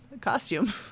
Costume